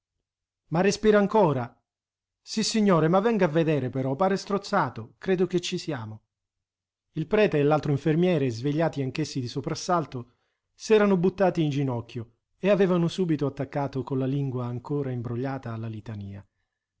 ma respira ancora sissignore ma venga a vedere però pare strozzato credo che ci siamo il prete e l'altro infermiere svegliati anch'essi di soprassalto s'erano buttati in ginocchio e avevano subito attaccato con la lingua ancora imbrogliata la litania